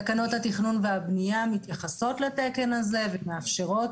תקנות התכנון והבנייה מתייחסות לתקן הזה ומאפשרות